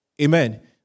Amen